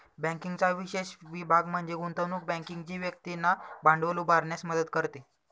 बँकिंगचा विशेष विभाग म्हणजे गुंतवणूक बँकिंग जी व्यक्तींना भांडवल उभारण्यास मदत करते